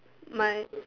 mine